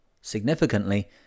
Significantly